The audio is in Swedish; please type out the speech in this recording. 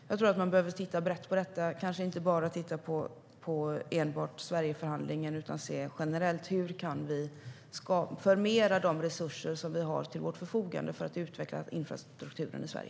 Jag tror att man behöver titta brett på detta, och kanske inte titta på enbart Sverigeförhandlingen, utan se generellt på hur man kan förmera de resurser som man har till sitt förfogande för att utveckla infrastrukturen i Sverige.